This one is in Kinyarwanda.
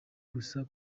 gusa